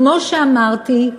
כמו שאמרתי,